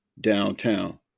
downtown